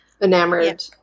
enamored